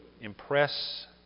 impress